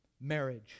marriage